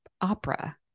opera